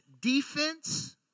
defense